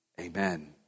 Amen